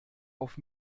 auf